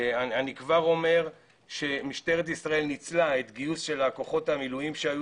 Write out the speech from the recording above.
אני כבר אומר שמשטרת ישראל ניצלה את גיוס כוחות המילואים שהיו